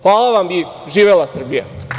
Hvala vam i živela Srbija.